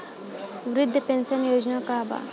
वृद्ध पेंशन योजना का बा?